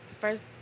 first